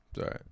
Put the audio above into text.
Right